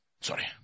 Sorry